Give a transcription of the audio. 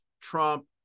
Trump